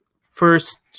first